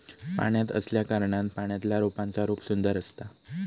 पाण्यात असल्याकारणान पाण्यातल्या रोपांचा रूप सुंदर असता